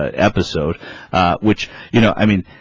ah episode which you know i mean